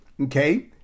okay